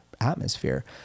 atmosphere